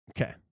Okay